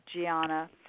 Gianna